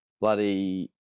bloody